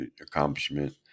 accomplishment